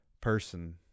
person